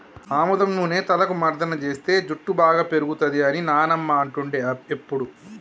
ఆముదం నూనె తలకు మర్దన చేస్తే జుట్టు బాగా పేరుతది అని నానమ్మ అంటుండే ఎప్పుడు